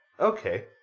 Okay